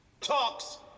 Talks